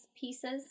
pieces